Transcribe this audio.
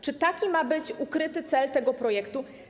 Czy taki ma być ukryty cel tego projektu?